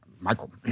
Michael